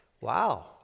Wow